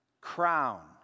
crown